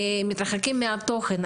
מתרחקים מהתוכן.